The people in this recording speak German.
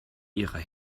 ihrer